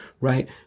right